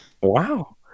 Wow